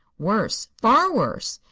worse far worse!